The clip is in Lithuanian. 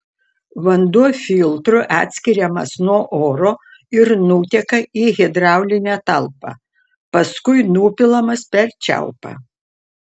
vanduo filtru atskiriamas nuo oro ir nuteka į hidraulinę talpą paskui nupilamas per čiaupą